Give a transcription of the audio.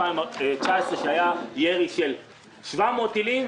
שאז היה ירי של 700 טילים,